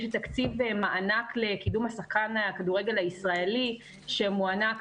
יש תקציב מענק לקידום שחקן הכדורגל הישראלי שמוענק.